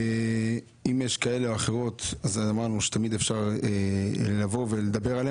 על כאלו או אחרות שנשארו אמרנו שאפשר לבוא ולדבר,